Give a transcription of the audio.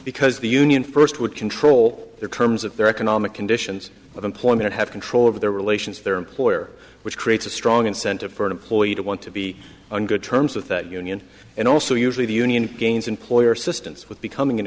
because the union first would control their terms of their economic conditions of employment have control over their relations their employer which creates a strong incentive for an employee to want to be on good terms with that union and also usually the union gains employer systems with becoming an